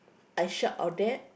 I shout all that